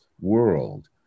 world